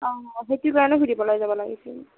অঁ সেইটোৰ কাৰণেও সুধিবলৈ যাব লাগিছিল